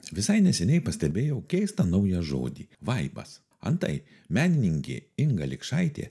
visai neseniai pastebėjau keistą naują žodį vaibas antai menininkė inga likšaitė